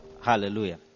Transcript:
Hallelujah